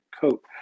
coat